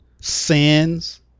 sins